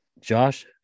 josh